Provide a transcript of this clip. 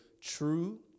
true